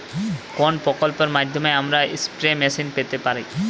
কোন প্রকল্পের মাধ্যমে আমরা স্প্রে মেশিন পেতে পারি?